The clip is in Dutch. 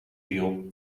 viel